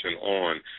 on